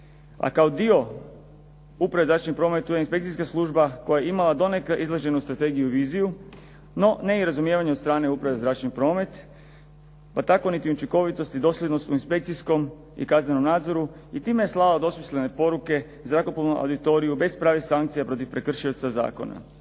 a kao dio uprave zračni promet tu je inspekcijska služba koja je imala donekle izrađenu strategiju i viziju. No i ne razumijevanje od strane uprave zračni promet, pa tako niti učinkovitosti i dosljednosti u inspekcijskom i kaznenom nadzoru i time je slao dvosmislene poruke zrakoplovnom auditoriju bez pravih sankcija protiv prekršioca zakona.